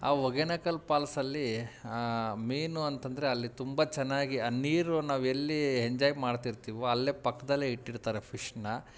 ಆ ಹೊಗೆನಕಲ್ ಪಾಲ್ಸಲ್ಲಿ ಮೀನು ಅಂತಂದರೆ ಅಲ್ಲಿ ತುಂಬ ಚೆನ್ನಾಗಿ ಆ ನೀರು ನಾವೆಲ್ಲಿ ಎಂಜಾಯ್ ಮಾಡ್ತೀರ್ತಿವೋ ಅಲ್ಲೇ ಪಕ್ಕದಲ್ಲೇ ಇಟ್ಟಿರ್ತಾರೆ ಫಿಶ್ಶನ್ನ